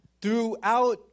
Throughout